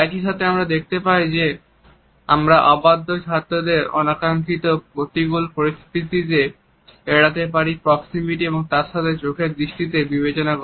একই সাথে আমরা দেখতে পাই যে আমরা অবাধ্য ছাত্রদের অনাকাঙ্ক্ষিত প্রতিকূল পরিস্থিতি এড়াতে পারি প্রক্সিমিটি এবং তার সাথে চোখের দৃষ্টিকে বিবেচনা করে